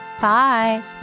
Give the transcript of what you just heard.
Bye